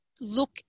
look